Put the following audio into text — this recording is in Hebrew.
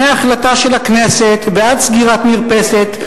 מהחלטה של הכנסת ועד סגירת מרפסת,